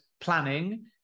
planning